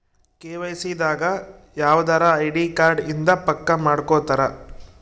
KYC ದಾಗ ಯವ್ದರ ID card ಇಂದ ಪಕ್ಕ ಮಾಡ್ಕೊತರ